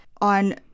on